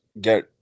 get